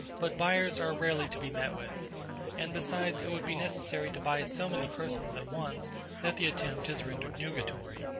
but buyers are rarely to be met with and, besides, it would be necessary to buy so many persons at once that the attempt is rendered nugatory.